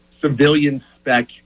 civilian-spec